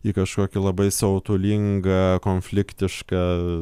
į kažkokį labai siautulingą konfliktišką